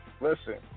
Listen